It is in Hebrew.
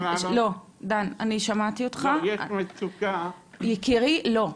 אני שמעתי אותך יקירי, לא.